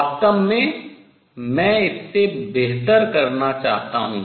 वास्तव में मैं इससे बेहतर करना चाहता हूँ